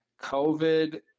COVID